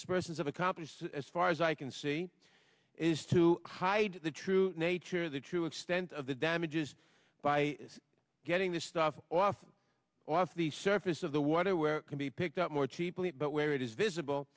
have accomplished as far as i can see is to hide the true nature of the true extent of the damages by getting this stuff off off the surface of the water where can be picked up more cheaply but where it is visible